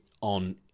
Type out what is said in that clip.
on